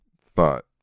thought